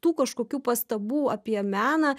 tų kažkokių pastabų apie meną